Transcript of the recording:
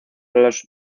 los